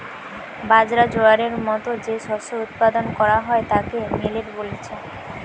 বাজরা, জোয়ারের মতো যে শস্য উৎপাদন কোরা হয় তাকে মিলেট বলছে